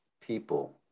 people